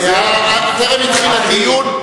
טרם התחיל הדיון.